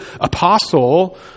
apostle